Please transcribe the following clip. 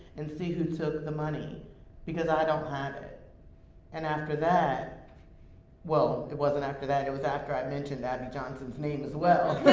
and see who took the money because i don't have and after that well, it wasn't after that, it was after i mentioned abby johnson's name as well